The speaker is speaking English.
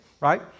right